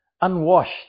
unwashed